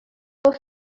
were